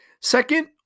Second